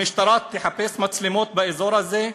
המשטרה תחפש מצלמות באזור הזה?